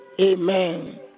Amen